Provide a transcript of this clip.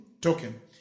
token